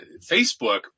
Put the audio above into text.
Facebook